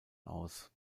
aus